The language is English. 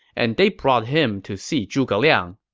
and they brought him to see zhuge liang.